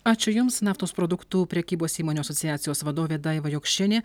ačiū jums naftos produktų prekybos įmonių asociacijos vadovė daiva jokšienė